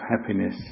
happiness